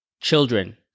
Children